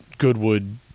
Goodwood